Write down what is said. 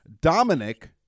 dominic